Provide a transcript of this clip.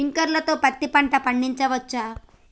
Sprinkler తో పత్తి పంట పండించవచ్చా?